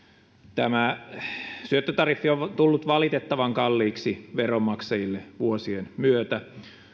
tämä syöttötariffi on tullut valitettavan kalliiksi veronmaksajille vuosien myötä